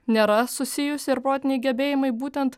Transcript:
nėra susijusi ir protiniai gebėjimai būtent